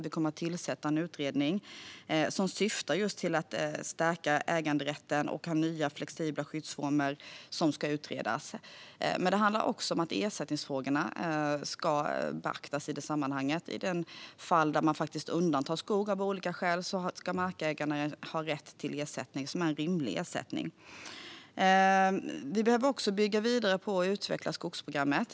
Vi kommer att tillsätta en utredning som syftar till att stärka äganderätten och ha nya flexibla skyddsformer. Men det handlar också om att ersättningsfrågorna ska beaktas i det sammanhanget. I de fall där man av olika skäl undantar skog ska markägarna ha rätt till rimlig ersättning. Vi behöver också bygga vidare på och utveckla skogsprogrammet.